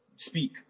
Speak